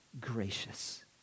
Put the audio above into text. gracious